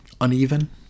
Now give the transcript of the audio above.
uneven